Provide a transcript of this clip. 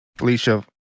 Alicia